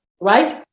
right